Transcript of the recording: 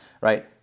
Right